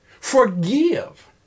forgive